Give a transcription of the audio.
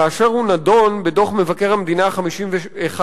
כאשר הוא נדון בדוח מבקר המדינה 51ב,